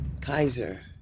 Kaiser